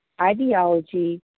ideology